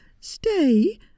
stay